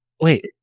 Wait